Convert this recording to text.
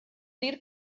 dir